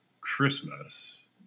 Christmas